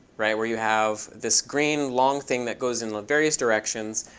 right, where you have this green long thing that goes in various directions.